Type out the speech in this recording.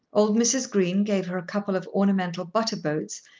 old mrs. green gave her a couple of ornamental butter-boats,